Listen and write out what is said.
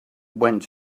went